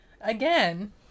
again